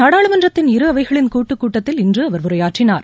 நாடாளுமன்றத்தின் இரு அவைகளின் கூட்டுக் கூட்டத்தில் இன்று அவர் உரையாற்றினார்